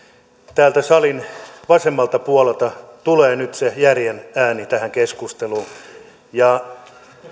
täältä salin vasemmalta puolelta tulee nyt se järjen ääni tähän keskusteluun ja